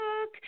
look